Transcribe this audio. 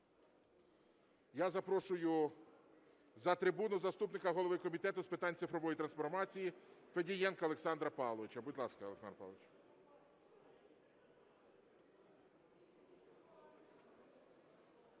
Я запрошую за трибуну заступника голови Комітету з питань цифрової трансформації Федієнка Олександра Павловича. Будь ласка, Олександре Павловичу.